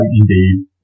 indeed